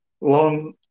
Long